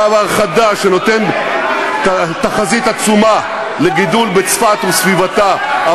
דבר חדש שנותן תחזית עצומה לגידול בצפת וסביבתה,